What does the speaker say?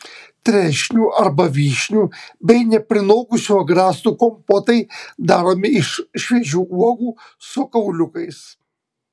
trešnių arba vyšnių bei neprinokusių agrastų kompotai daromi iš šviežių uogų su kauliukais